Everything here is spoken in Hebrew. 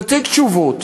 תציג תשובות,